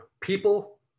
People